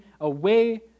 away